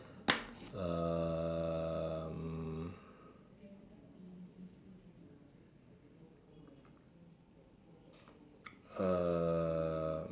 um